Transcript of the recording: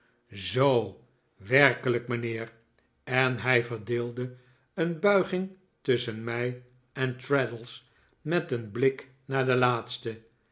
zoo werkelijk mijnheer en hij verdeelde een buiging tusschen mij en traddles met een blik naar den laatsten